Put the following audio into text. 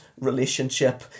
relationship